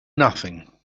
nothing